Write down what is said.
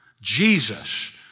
Jesus